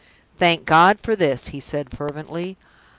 thank god for this! he said, fervently.